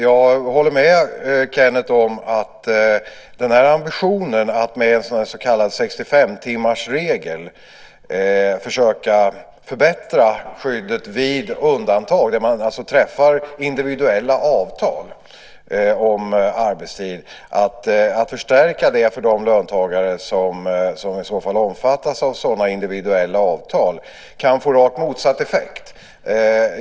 Jag håller med Kenneth om att den här ambitionen att med en så kallad 65-timmarsregel försöka förbättra skyddet vid undantag - alltså då man träffar individuella avtal om arbetstid, det vill säga att förstärka det för de löntagare som i så fall omfattas av sådana individuella avtal - kan få rakt motsatt effekt.